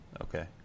Okay